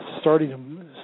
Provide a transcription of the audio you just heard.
starting